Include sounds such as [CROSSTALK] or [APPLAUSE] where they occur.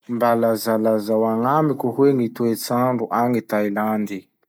Mba lazalazao [NOISE] agnamiko hoe gny toetsandro agny Tailandy?